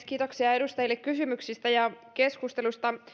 kiitoksia edustajille kysymyksistä ja keskustelusta